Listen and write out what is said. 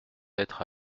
être